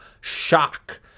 shock